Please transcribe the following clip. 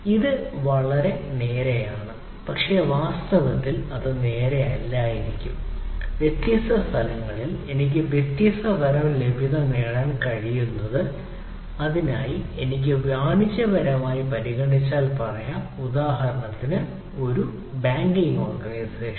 ഇത് വളരെ നേരെയാണ് പക്ഷേ വാസ്തവത്തിൽ അത് നേരെയല്ലായിരിക്കാം വ്യത്യസ്ത സമയങ്ങളിൽ എനിക്ക് വ്യത്യസ്ത തരം ലഭ്യത നേടാൻ കഴിയുന്നത് അതിനായി എനിക്ക് വാണിജ്യപരമായി പരിഗണിച്ചാൽ പറയാം ഉദാഹരണത്തിന് ഒരു ബാങ്കിംഗ് ഓർഗനൈസേഷൻ